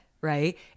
right